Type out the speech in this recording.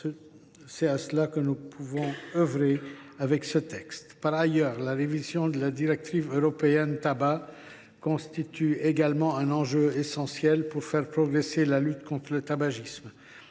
C’est à cela que nous pouvons œuvrer avec ce texte. Par ailleurs, la révision de la directive européenne sur les produits du tabac constitue également un enjeu essentiel pour faire progresser la lutte contre le tabagisme.